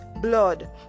blood